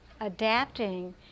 adapting